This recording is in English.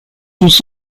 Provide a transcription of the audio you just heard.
was